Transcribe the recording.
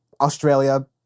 Australia